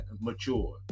mature